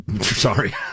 Sorry